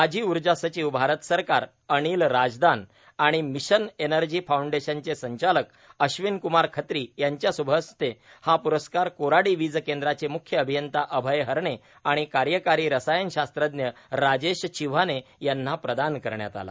माजी ऊर्जा सचिव भारत सरकार अनिल राजदान आणि मिशन एनर्जी फाउंडेशनचे संचालक अश्विन क्मार खत्री यांचे श्भहस्ते हा प्रस्कार कोराडी वीज केंद्राचे म्ख्य अभियंता अभय हरणे आणि कार्यकारी रसायनशास्त्रज्ञ राजेश चिव्हाणे यांना प्रदान करण्यात आला